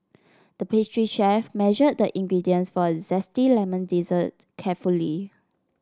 the pastry chef measured the ingredients for a zesty lemon dessert carefully